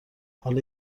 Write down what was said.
حالا